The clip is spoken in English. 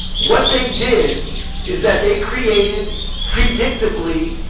what they did is that they created, predictably,